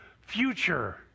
future